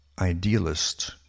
idealist